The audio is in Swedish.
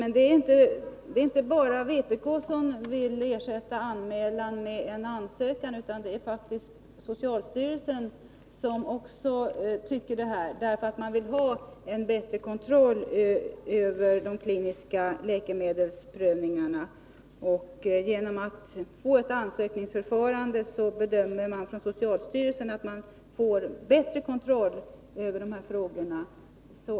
Men det är inte bara vpk som i detta sammanhang vill ersätta anmälan med ansökan — socialstyrelsen tycker också så; man vill ha en bättre kontroll över de kliniska läkemedelsprövningarna. Socialstyrelsen bedömer att man genom ett ansökningsförfarande får bättre kontroll över dessa angelägenheter.